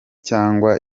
cyangwa